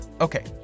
okay